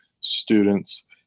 students